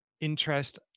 interest